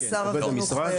אז שר החינוך.